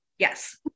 Yes